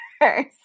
first